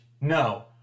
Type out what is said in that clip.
No